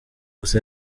gusa